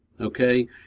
okay